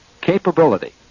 capability